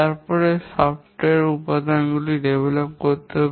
তারপরে সফ্টওয়্যার উপাদানগুলি বিকাশ করতে হবে